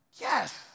Yes